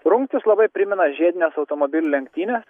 rungtys labai primena žiedines automobilių lenktynes